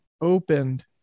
opened